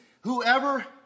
whoever